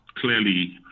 clearly